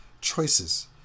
choices